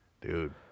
dude